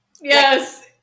Yes